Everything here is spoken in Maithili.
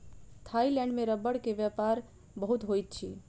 थाईलैंड में रबड़ के व्यापार बहुत होइत अछि